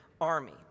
army